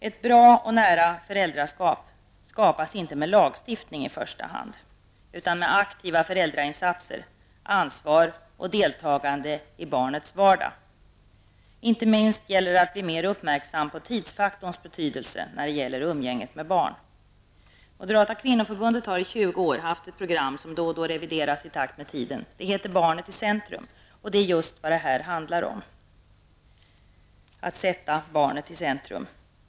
Ett bra och nära föräldraskap skapas inte i första hand med lagstiftning, utan med aktiva föräldrainsatser, ansvar och deltagande i barnets vardag. Inte minst är det viktigt att bli mer uppmärksam på tidsfaktorns betydelse när det gäller umgänget med barn. Moderata kvinnoförbundet har i 20 år haft ett program som då och då revideras i takt med tiden. Det heter Barnet i centrum, och det är just vad det här handlar om -- att sätta barnet i centrum.